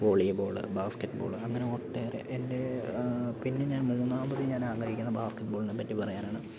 volleyball basketball അങ്ങനെ ഒട്ടേറെ എൻ്റെ പിന്നെ ഞാൻ മുന്നാമത് ഞാനാഗ്രഹിക്കുന്ന ബാസ്കറ്റ് ബോളിനെ പറ്റി പറയാനാണ്